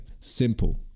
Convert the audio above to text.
simple